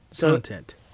Content